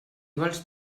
vols